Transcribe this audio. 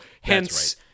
Hence